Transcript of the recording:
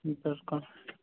بِلکُل